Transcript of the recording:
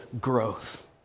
growth